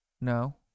No